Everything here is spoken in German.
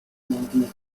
diagnostiziert